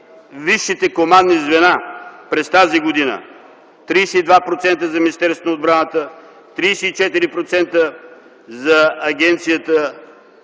висшите командни звена през тази година: 32% за Министерството на отбраната; 34% за Агенция